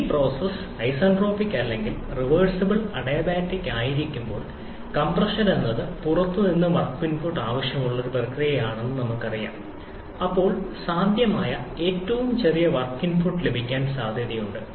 ഒരു process isentropic അല്ലെങ്കിൽ reversible adiabatic ആയിരിക്കുമ്പോൾ കംപ്രഷൻ എന്നത് പുറത്തു നിന്ന് വർക്ക് ഇൻപുട്ട് ആവശ്യമുള്ള ഒരു പ്രക്രിയയാണെന്ന് നമുക്കറിയാം അപ്പോൾ സാധ്യമായ ഏറ്റവും ചെറിയ വർക്ക് ഇൻപുട്ട് ലഭിക്കാൻ സാധ്യതയുണ്ട്